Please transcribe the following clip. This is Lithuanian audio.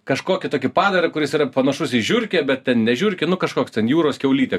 kažkokį tokį padarą kuris yra panašus į žiurkę bet ten ne žiurkė nu kažkoks ten jūros kiaulytė